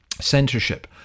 censorship